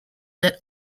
that